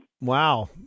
Wow